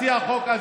מציע החוק,